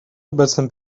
obecnym